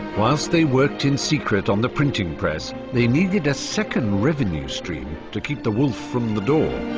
whilst they worked in secret on the printing press, they needed a second revenue stream to keep the wolf from the door.